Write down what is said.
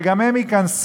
שגם הם ייקנסו.